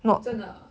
真的啊